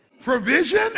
Provision